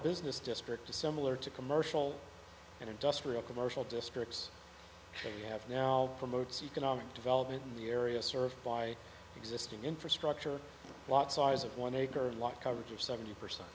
business district to similar to commercial and industrial commercial districts show you have now promotes economic development in the area served by existing infrastructure lot size of one acre lot coverage of seventy percent